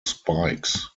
spikes